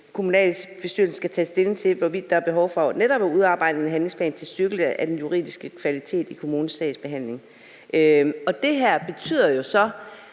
kommunalbestyrelsen »skal tage stilling til, hvorvidt der er behov for at udarbejde en handlingsplan til styrkelse af den juridiske kvalitet i kommunens sagsbehandling«. Det her betyder jo så,